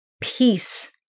peace